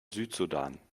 südsudan